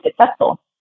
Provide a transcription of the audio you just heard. successful